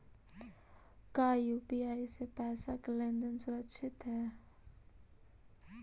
का यू.पी.आई से पईसा के लेन देन सुरक्षित हई?